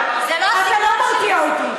בנאום הזה מן המושב.